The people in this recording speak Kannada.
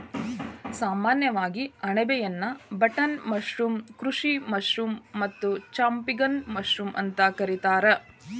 ಸಾಮಾನ್ಯವಾಗಿ ಅಣಬೆಯನ್ನಾ ಬಟನ್ ಮಶ್ರೂಮ್, ಕೃಷಿ ಮಶ್ರೂಮ್ ಮತ್ತ ಚಾಂಪಿಗ್ನಾನ್ ಮಶ್ರೂಮ್ ಅಂತ ಕರಿತಾರ